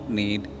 need